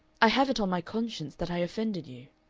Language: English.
i have it on my conscience that i offended you